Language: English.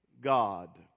God